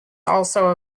also